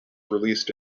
released